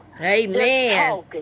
amen